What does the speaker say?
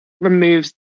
removes